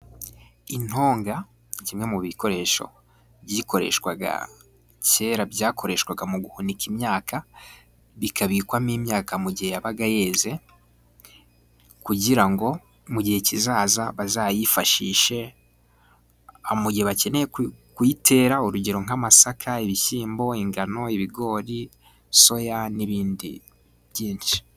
Intonga kimwe mu bikoresho byakoreshwaga kera byakoreshwaga mu guhunika imyaka bikabikwamo imyaka mu gihe yabaga yeze kugira ngo mu gihe kizaza bazayifashishe mu gihe bakeneye kuyitera urugero nk'amasaka, ibishyimbo, ingano, ibigori, soya n'ibindi byinshi.